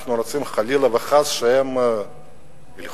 אנחנו רוצים חלילה וחס שהם ילכו?